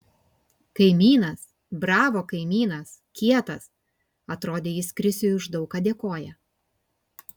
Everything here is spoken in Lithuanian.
kaimynas bravo kaimynas kietas atrodė jis krisiui už daug ką dėkoja